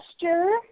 gesture